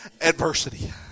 adversity